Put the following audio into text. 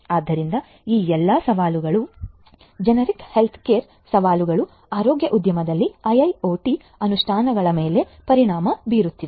ಆದ್ದರಿಂದ ಈ ಎಲ್ಲಾ ಸವಾಲುಗಳು ಜೆನೆರಿಕ್ ಹೆಲ್ತ್ಕೇರ್ ಸವಾಲುಗಳು ಆರೋಗ್ಯ ಉದ್ಯಮದಲ್ಲಿ ಐಐಒಟಿ ಅನುಷ್ಠಾನಗಳ ಮೇಲೆ ಪರಿಣಾಮ ಬೀರುತ್ತವೆ